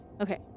Okay